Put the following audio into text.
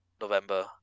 November